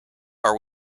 are